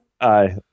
Aye